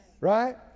Right